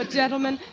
gentlemen